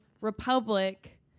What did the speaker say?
Republic